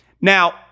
Now